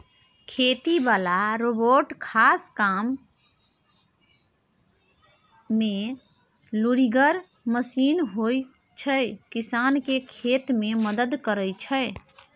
खेती बला रोबोट खास काजमे लुरिगर मशीन होइ छै किसानकेँ खेती मे मदद करय छै